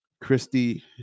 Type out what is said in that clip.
Christy